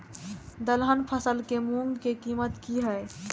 दलहन फसल के मूँग के कीमत की हय?